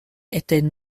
étaient